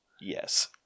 Yes